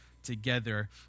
together